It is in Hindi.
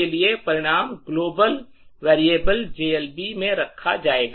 के लिए परिणाम ग्लोबल वेरिएबल जीएलबी में रखा जाएगा